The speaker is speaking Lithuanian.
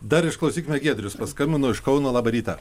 dar išklausykime giedrius paskambino iš kauno labą rytą